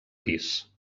pis